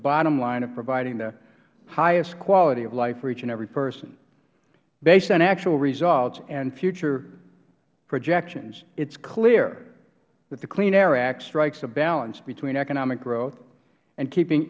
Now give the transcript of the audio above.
bottom line of providing the highest quality of life reach in every person based on actual results and future projections it is clear that the clean air act strikes a balance between economic growth and keeping